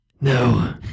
No